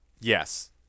Yes